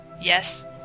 Yes